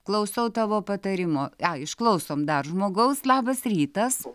klausau tavo patarimo išklausom dar žmogaus labas rytas